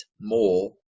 more